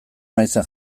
naizen